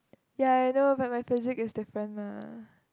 ya I know but my physique is different mah